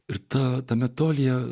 ir tą tame tolyje